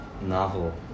novel